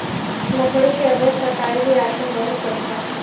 लकड़ी के अवैध कटाई भी आजकल बहुत चलता